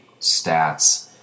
stats